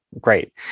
great